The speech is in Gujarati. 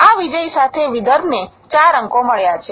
આ વિજય સાથે વિદર્ભને ચાર અંકો મળ્યા છે